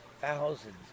thousands